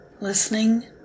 listening